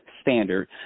standard